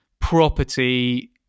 property